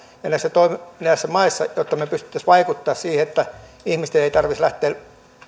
ja näissä maissa jotta me pystyisimme vaikuttamaan siihen että ihmisten ei tarvitsisi lähteä